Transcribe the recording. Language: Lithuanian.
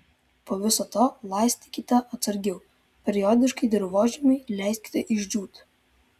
po viso to laistykite atsargiau periodiškai dirvožemiui leiskite išdžiūti